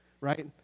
right